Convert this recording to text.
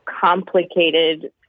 complicated